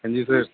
ਹਾਂਜੀ ਸਰ